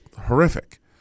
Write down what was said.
horrific